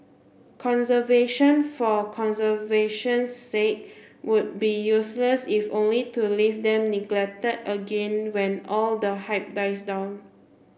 conservation for conservation's sake would be useless if only to leave them neglected again when all the hype dies down